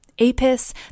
Apis